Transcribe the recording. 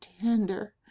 tender